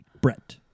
Brett